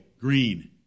Green